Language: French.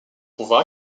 pouvoir